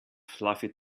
fluffy